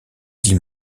dix